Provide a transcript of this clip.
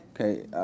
okay